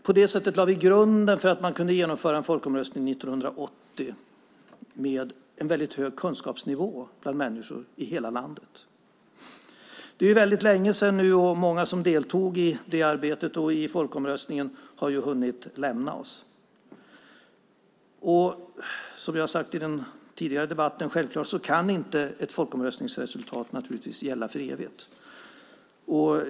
På det sättet lade vi grunden till att man kunde genomföra en folkomröstning 1980 med en väldigt hög kunskapsnivå bland människor i hela landet. Det är väldigt länge sedan nu, och många som deltog i det arbetet och i folkomröstningen har hunnit lämna oss. Som jag sade i den tidigare debatten kan ett folkomröstningsresultat naturligtvis inte gälla för evigt.